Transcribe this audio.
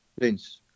vince